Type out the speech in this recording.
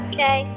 Okay